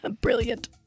brilliant